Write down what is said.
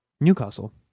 Newcastle